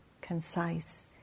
concise